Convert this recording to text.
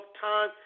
time